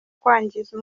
kwangiza